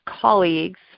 colleagues